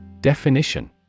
Definition